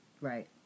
right